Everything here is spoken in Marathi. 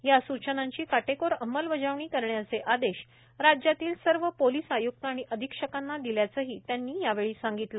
या सूचनांची काटेकोर अंमलबजावणी करण्याचे आदेश राज्यातील सर्व पोलिस आय्क्त आणि अधिक्षकांना दिल्याचेही त्यांनी यावेळी सांगितलं